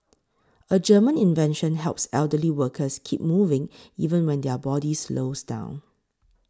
a German invention helps elderly workers keep moving even when their body slows down